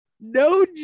No